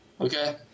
Okay